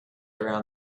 around